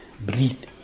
breathe